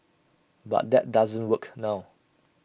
but that doesn't work now